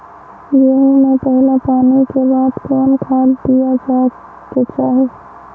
गेंहू में पहिला पानी के बाद कौन खाद दिया के चाही?